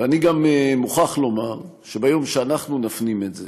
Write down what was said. ואני גם מוכרח לומר שביום שאנחנו נפנים את זה